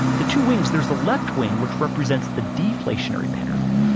the two wings, there's the left wing which represents the deflationary path.